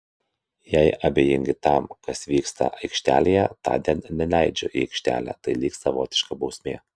jei abejingi tam kas vyksta aikštelėje tądien neleidžiu į aikštelę tai lyg savotiška bausmė